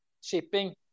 shipping